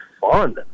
fun